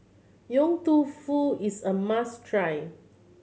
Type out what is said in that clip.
Yong Tau Foo is a must try